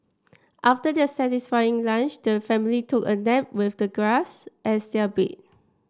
after their satisfying lunch the family took a nap with the grass as their bed